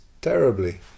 terribly